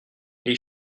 les